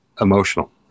emotional